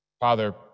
Father